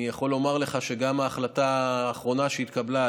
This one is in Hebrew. אני יכול לומר לך שגם ההחלטה האחרונה שהתקבלה,